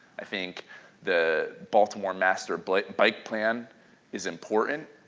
i think the baltimore master but bike plan is important.